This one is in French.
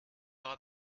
aura